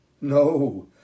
No